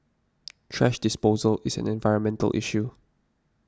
thrash disposal is an environmental issue